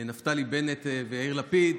נפתלי בנט ויאיר לפיד: